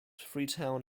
freetown